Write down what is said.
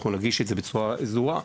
אנחנו נגיש את זה בצורה סדורה.